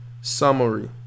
Summary